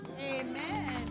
Amen